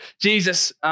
Jesus